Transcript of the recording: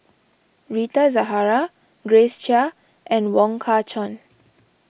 Rita Zahara Grace Chia and Wong Kah Chun